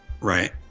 Right